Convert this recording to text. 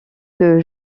que